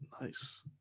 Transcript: nice